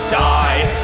die